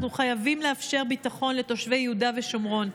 אנחנו חייבים לאפשר ביטחון לתושבי יהודה ושומרון,